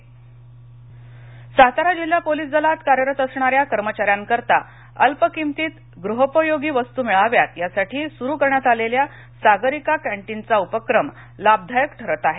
Satara Sagarika canteen Satara जिल्हा police दलात कार्यरत असणाऱ्या कर्मचाऱ्यांकरिता अल्पकिमतीत गृहोपयोगी वस्तू मिळाव्यात यासाठी सुरु करण्यात आलेल्या सागरिका कॅन्टीनचा उपक्रम लाभदायक ठरत आहे